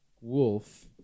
Wolf